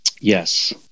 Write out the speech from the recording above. Yes